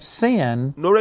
sin